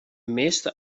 meeste